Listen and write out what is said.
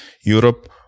Europe